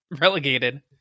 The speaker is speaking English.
relegated